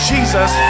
Jesus